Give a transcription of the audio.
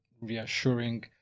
reassuring